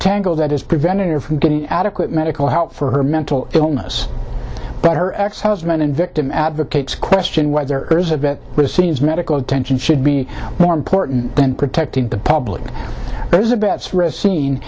tangle that is preventing her from getting adequate medical help for her mental illness but her ex husband and victim advocates question whether there's a bit but it seems medical attention should be more important than protecting the public